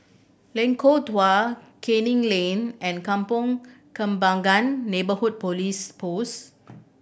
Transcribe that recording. Lengkong Dua Canning Lane and Kampong Kembangan Neighbourhood Police Post